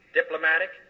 diplomatic